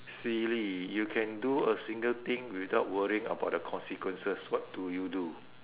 silly you can do a single thing without worrying about the consequences what do you do